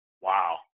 Wow